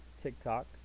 TikTok